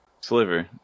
Sliver